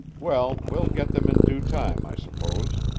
well, we'll get them in due time, i suppose,